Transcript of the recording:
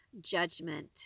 judgment